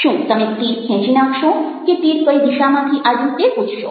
શું તમે તીર ખેંચી નાખશો કે તીર કઈ દિશામાંથી આવ્યું તે પૂછશો